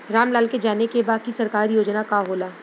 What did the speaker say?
राम लाल के जाने के बा की सरकारी योजना का होला?